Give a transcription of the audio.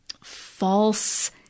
false